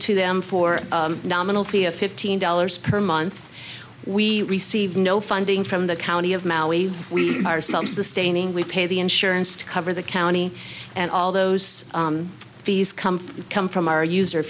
to them for a nominal fee of fifteen dollars per month we receive no funding from the county of maui we are some sustaining we pay the insurance to cover the county and all those fees come come from our user